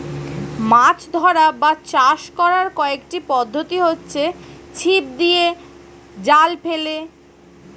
মাছ ধরা বা চাষ করার কয়েকটি পদ্ধতি হচ্ছে ছিপ দিয়ে, জাল ফেলে